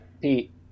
Pete